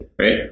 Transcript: right